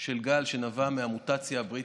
של גל שנבע מהמוטציה הבריטית,